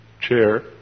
chair